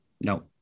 no